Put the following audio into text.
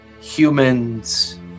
humans